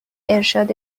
ارشاد